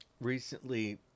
recently –